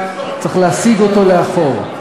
מבחינתם, צריך להסיג אותו לאחור,